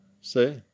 See